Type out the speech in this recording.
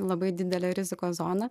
labai didelę rizikos zoną